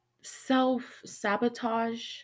self-sabotage